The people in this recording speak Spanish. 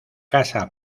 casa